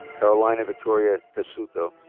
carolina victoria tessutto.